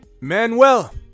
Manuel